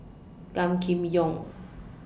Gan Kim Yong